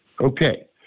Okay